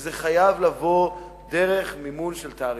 וזה חייב לבוא דרך מימון של תעריפים.